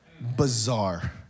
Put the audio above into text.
Bizarre